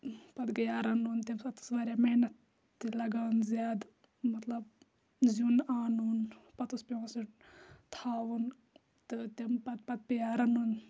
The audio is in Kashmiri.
پَتہٕ گٔیو رَنُن تمہِ ساتہٕ ٲسۍ واریاہ محنَت تہِ لَگان زیادٕ مَطلَب زِیُن آنُن پَتہٕ اوس پیٚوان سُہ تھاوُن تہٕ تمہ پَتہ پَتہ پیٚیا رَنُن